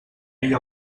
ell